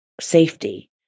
safety